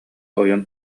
ойон